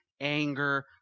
anger